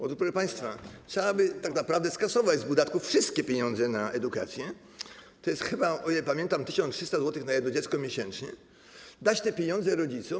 Otóż, proszę państwa, trzeba by tak naprawdę skasować z podatków wszystkie pieniądze na edukację - to jest chyba, o ile pamiętam, 1300 zł na jedno dziecko miesięcznie - i dać te pieniądze rodzicom.